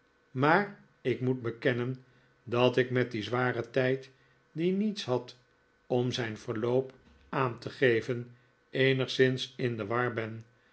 maar ik moet bekennen dat ik met dien zwaren tijd die niets had om zijn verloop aan te geven eenigszins in de war ben